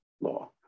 law